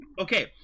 okay